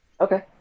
Okay